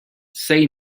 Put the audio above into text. say